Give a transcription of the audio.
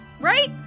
right